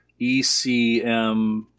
ECM